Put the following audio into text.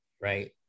right